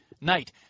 Night